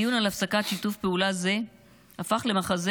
הדיון על הפסקת שיתוף פעולה זה הפך למחזה